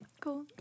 Cool